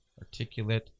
articulate